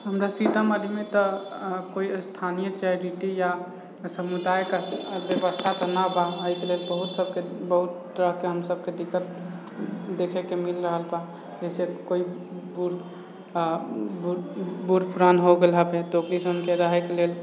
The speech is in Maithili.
हमरा सीतामढ़ीमे तऽ कोइ स्थानीय चैरिटी या समुदायके व्यवस्था तऽ नहि बा एहिके लेल बहुत सभके बहुत तरहके हम सभके दिक्कत देखैके मिल रहल बा जैसे कोइ बु आ बु बूढ़ पुरान होइ गेला तऽ एसनके रहैके लेल